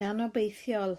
anobeithiol